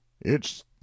It's